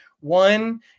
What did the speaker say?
One